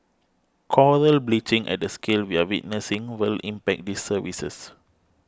coral bleaching at the scale we are witnessing will impact these services